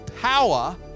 power